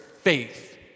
faith